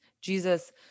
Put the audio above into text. Jesus